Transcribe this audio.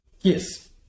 Yes